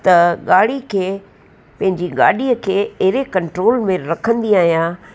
त गाड़ी खे पंहिंजी गाॾीअ खे अहिड़े कंट्रोल में रखंदी आहियां